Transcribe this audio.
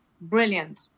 brilliant